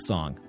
Song